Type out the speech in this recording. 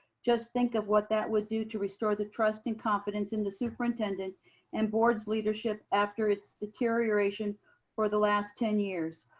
just think of what that would do to restore the trust and confidence in the superintendent and board's leadership after its deterioration for the last ten years.